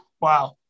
Wow